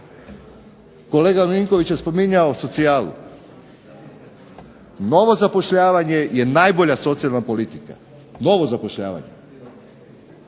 Kolega Milinković je spominjao socijalu. Novo zapošljavanje je najbolja socijalna politika, novo zapošljavanje.